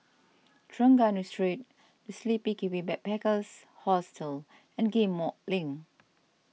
Trengganu Street the Sleepy Kiwi Backpackers Hostel and Ghim Moh Link